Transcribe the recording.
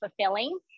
fulfilling